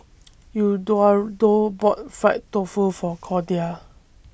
Eduardo bought Fried Tofu For Cordia